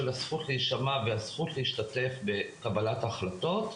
הזכות להישמע והזכות להשתתף בקבלת החלטות,